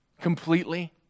Completely